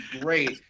great